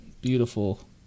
beautiful